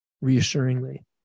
reassuringly